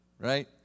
right